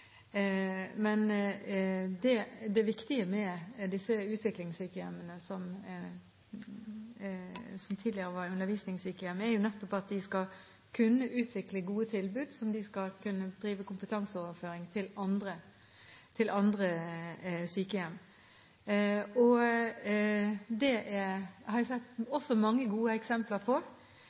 Det viktige med disse utviklingssykehjemmene, som tidligere var undervisningssykehjem, er nettopp at de skal kunne utvikle gode tilbud og drive kompetanseoverføring til andre sykehjem. Det har jeg også sett mange gode eksempler på,